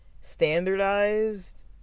standardized